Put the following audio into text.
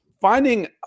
Finding